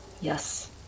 Yes